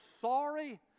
sorry